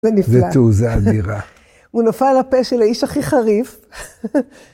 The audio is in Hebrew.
‫זה נפלא. ‫-זה תעוזה אדירה. ‫הוא נפל על הפה של האיש הכי חריף.